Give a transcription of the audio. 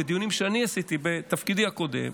בדיונים שאני עשיתי בתפקידי הקודם,